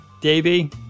Davey